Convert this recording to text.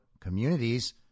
communities